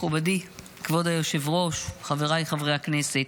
מכובדי כבוד היושב-ראש, חבריי חברי הכנסת,